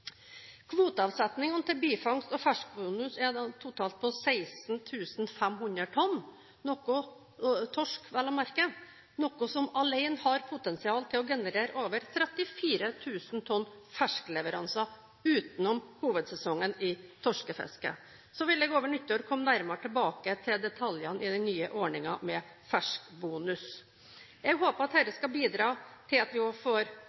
til bifangst og ferskbonus er totalt på 16 500 tonn, torsk vel å merke, noe som alene har potensial til å generere over 34 000 tonn ferskleveranser utenom hovedsesongen i torskefisket. Så vil jeg over nyttår komme nærmere tilbake til detaljene i den nye ordningen med ferskbonus. Jeg håper at dette skal bidra til at vi får mer ferskfisk på land og